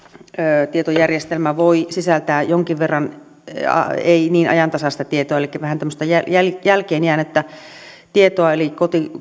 väestötietojärjestelmä voi sisältää jonkin verran ei niin ajantasaista tietoa elikkä vähän tämmöistä jälkeenjäänyttä tietoa eli